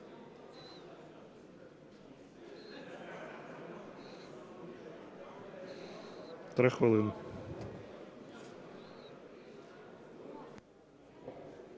Три хвилини.